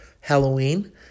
Halloween